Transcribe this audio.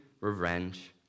revenge